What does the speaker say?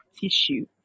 tissue